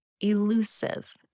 elusive